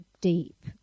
deep